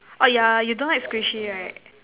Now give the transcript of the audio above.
oh yeah you don't like squishy right